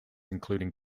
including